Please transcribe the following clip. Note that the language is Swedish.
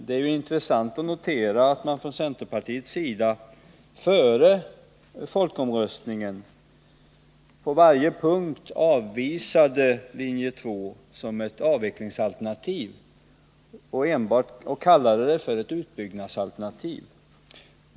Det är intressant att notera att centern före folkomröstningen på varje punkt avvisade linje 2 som ett avvecklingsalternativ och kallade den för ett utbyggnadsalternativ.